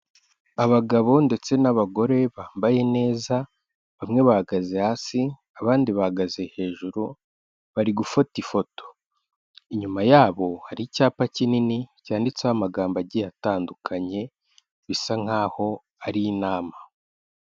abagabo ndetse n'abagore bambaye neza bamwe bahagaze hasi abandi bahagaze hejuru bari gufata ifoto inyuma yabo hari icyapa kinini cyanditseho amagambo agiye atandukanye bisa nkaho ari inama.